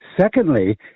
secondly